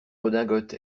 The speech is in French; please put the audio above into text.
redingote